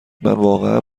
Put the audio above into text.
واقعا